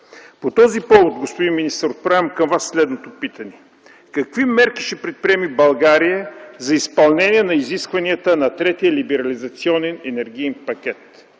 По този повод, господин министър, отправям към Вас следното питане: какви мерки ще предприеме България за изпълнение на изискванията на Третия либерализационен енергиен пакет?